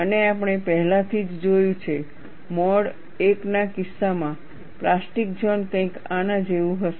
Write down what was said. અને આપણે પહેલાથી જ જોયું છે મોડ I ના કિસ્સામાં પ્લાસ્ટિક ઝોન કંઈક આના જેવું હશે